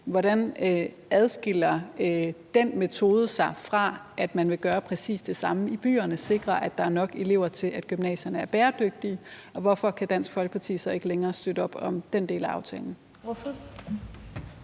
Hvordan adskiller den metode sig fra, at man vil gøre præcis det samme i byerne, altså sikre, at der er nok elever til, at gymnasierne er bæredygtige? Og hvorfor kan Dansk Folkeparti så ikke længere støtte op om den del af aftalen?